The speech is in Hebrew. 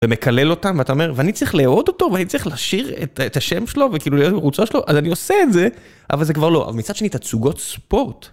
ומקלל אותם ואתה אומר ואני צריך להאוד אותו ואני צריך להשאיר את השם שלו וכאילו להיות בקבוצה שלו אז אני עושה את זה אבל זה כבר לא, אבל מצד שני את תצוגות ספורט.